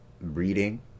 reading